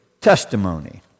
testimony